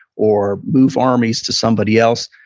or move armies to somebody else,